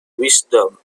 wisdom